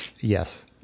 yes